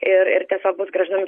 ir ir tiesiog bus grąžinami